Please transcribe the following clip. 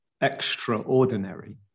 extraordinary